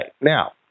Now